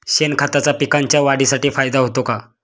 शेणखताचा पिकांच्या वाढीसाठी फायदा होतो का?